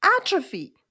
atrophy